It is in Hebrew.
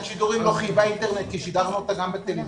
השידורים לא חייבה אינטרנט כי שידרנו אותה גם בטלוויזיה.